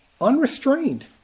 unrestrained